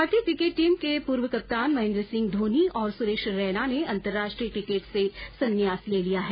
भारतीय cricket team के पूर्व कप्तान महेन्द्र सिंह धोनी और सुरेश रैना ने अंतरराष्ट्रीय किकेट से संन्यास ले लिया है